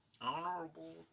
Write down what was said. Honorable